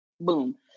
boom